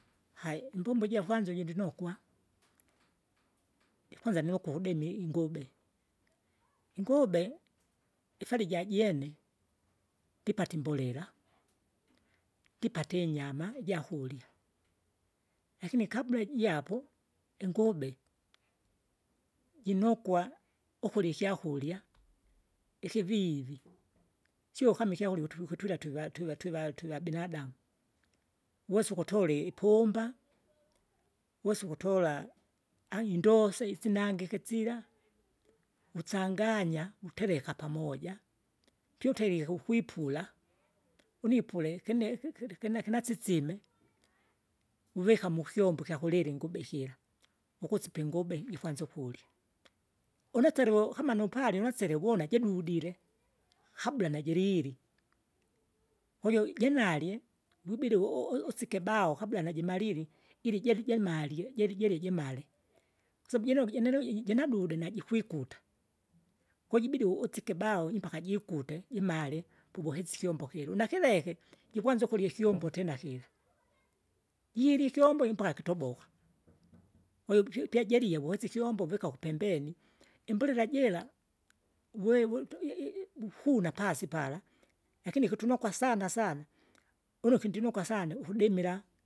Hai imbombo jakwanza ujundinukwa, ikwanza niukudemi ingube, ingube ifari jajene ndipate imbolele, ndipate inyama ijakurya, lakini kabla jaapo ingube, jinokwa ukurya ikyakurya ikyakurya, ikivivi, sio kama ikyakurya ukut- ukuturya twiva- twiva- twiva twivabinadamu. Wosa ukutule ipumba, wosa ukutula anayindosa isinangike sila, wuchanganya wuteveka pamoja, pyouterike ukwipula, unipule kene kikikine kinasisime, uvika mukyombo ikyakulila ingube kira, ukusipa ingube jikwanza ukurya. Unaserivo kama numpale nasilevona jedudile, kabla najilili, ujo jinalye wibile u- usike baho kabla najimalili, ili jeri jerimalie jejeri jimale. Kwasabu jinongi jinelo jinadude najikwikuta, kopjibidi usike baho nyimpaka jikute, jimale povuhise ikyombo kira, unakireke jikwanza ikyombo tena kira, jirya ikyombo impaka kitoboka. Kwahiyo pya jirie wosi ikyombo vika kupembeni, imbolele jira uvewu utoiyei buhuna pasi pala, lakini kutunokwa sana sana sana, unuki ndinokwa sana ukudimila.